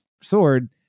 sword